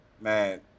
man